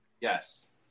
Yes